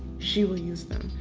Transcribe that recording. she will use them.